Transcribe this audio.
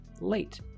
late